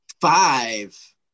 five